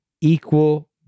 equal